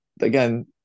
again